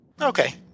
Okay